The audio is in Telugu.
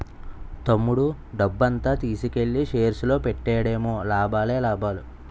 తమ్ముడు డబ్బంతా తీసుకెల్లి షేర్స్ లో పెట్టాడేమో లాభాలే లాభాలు